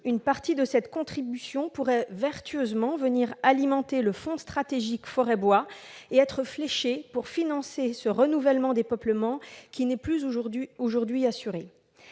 une partie de cette contribution pourrait vertueusement venir alimenter le fonds stratégique forêt-bois et être fléchée pour financer le renouvellement des peuplements, qui n'est plus aujourd'hui assuré.